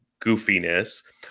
goofiness